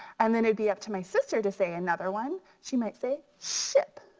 and then it'd be up to my sister to say another one. she might say ship.